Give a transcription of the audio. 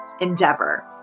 endeavor